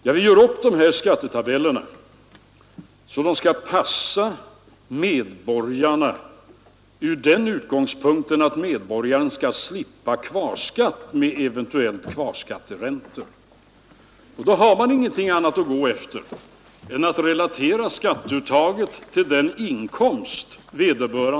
Men vi gör upp skattetabellerna så att de skall passa medborgarna från den utgångspunkten att de skall slippa kvarskatt med eventuella kvarskatteräntor, och då har man inget annat att gå efter än att relatera skatteuttaget till vederbörandes inkomster.